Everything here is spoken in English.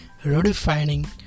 redefining